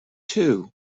too